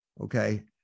okay